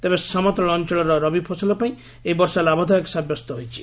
ତେବେ ସମତଳ ଅଞ୍ଚଳର ରବିଫସଲ ପାଇଁ ଏହି ବର୍ଷା ଲାଭଦାୟକ ସାବ୍ୟସ୍ତ ହୋଇଛି